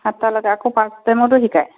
সাতটালৈকে আকৌ পাৰ্ট টাইমতো শিকায়